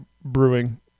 Brewing